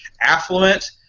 affluent